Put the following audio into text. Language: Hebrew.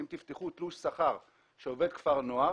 אם תפתחו תלוש שכר של עובד כפר נוער,